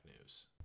news